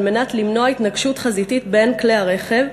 מנת למנוע התנגשות חזיתית בין כלי-הרכב,